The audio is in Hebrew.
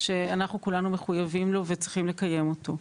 שכולנו מחויבים לו וצריכים לקיים אותו.